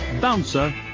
Bouncer